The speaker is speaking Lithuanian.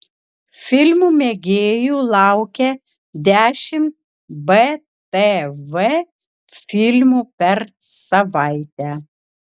filmų mėgėjų laukia dešimt btv filmų per savaitę